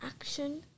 action